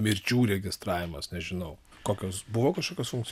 mirčių registravimas nežinau kokios buvo kažkokios funkcijos